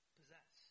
possess